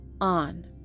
on